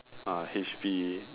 ah H_P